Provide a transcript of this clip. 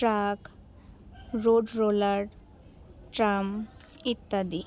truck road roller tram ইত্যাদি